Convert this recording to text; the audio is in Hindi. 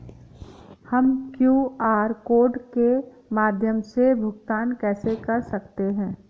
हम क्यू.आर कोड के माध्यम से भुगतान कैसे कर सकते हैं?